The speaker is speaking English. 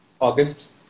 August